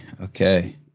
okay